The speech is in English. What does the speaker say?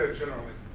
generally,